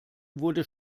wurde